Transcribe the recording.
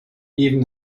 even